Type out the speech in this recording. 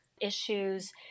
issues